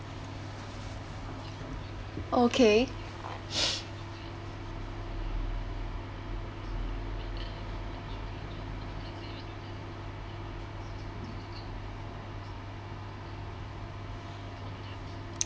okay